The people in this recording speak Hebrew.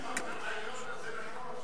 שיחות חשאיות זה נכון.